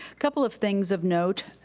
couple of things of note,